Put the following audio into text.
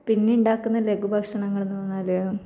പിന്നെ ഉണ്ടാക്കുന്ന ലഘുഭക്ഷണങ്ങൾ എന്ന് പറഞ്ഞാല്